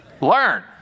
Learn